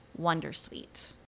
Wondersuite